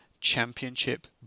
championship